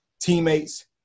teammates